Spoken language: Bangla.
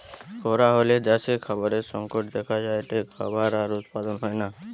খরা হলে দ্যাশে খাবারের সংকট দেখা যায়টে, খাবার আর উৎপাদন হয়না